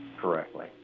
correctly